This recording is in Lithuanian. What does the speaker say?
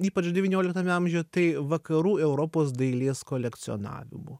ypač devynioliktame amžiuje tai vakarų europos dailės kolekcionavimu